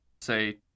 say